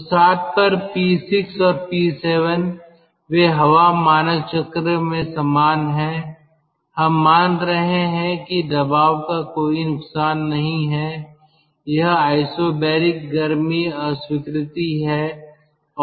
तो 7 पर P6 और P7 वे हवा मानक चक्र में समान हैं हम मान रहे हैं कि दबाव का कोई नुकसान नहीं है यह आइसोबैरिक गर्मी अस्वीकृति है और T7 दिया गया है